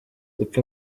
uko